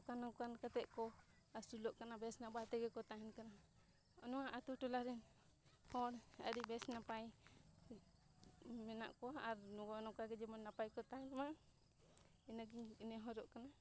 ᱱᱚᱝᱠᱟᱱ ᱱᱚᱝᱠᱟᱱ ᱠᱟᱛᱮᱜ ᱠᱚ ᱟᱹᱥᱩᱞᱚᱜ ᱠᱟᱱᱟ ᱵᱮᱥ ᱱᱟᱯᱟᱭ ᱛᱮᱜᱮ ᱠᱚ ᱛᱟᱦᱮᱱ ᱠᱟᱱᱟ ᱱᱚᱣᱟ ᱟᱛᱳ ᱴᱚᱞᱟ ᱨᱮᱱ ᱦᱚᱲ ᱟᱹᱰᱤ ᱵᱮᱥ ᱱᱟᱯᱟᱭ ᱢᱮᱱᱟᱜ ᱠᱚᱣᱟ ᱟᱨ ᱱᱚᱜᱼᱚᱸᱭ ᱱᱚᱝᱠᱟ ᱜᱮ ᱡᱮᱢᱚᱱ ᱱᱟᱯᱟᱭ ᱠᱚ ᱛᱟᱦᱮᱱ ᱢᱟ ᱤᱱᱟᱹᱜᱤᱧ ᱤᱱᱟᱹ ᱱᱮᱦᱚᱨᱚᱜ ᱠᱟᱱᱟ